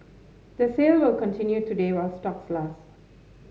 the sale will continue today while stocks last